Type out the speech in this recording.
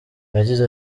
yagize